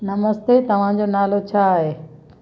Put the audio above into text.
नमस्ते तव्हांजो नालो छा आहे